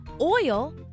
oil